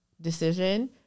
decision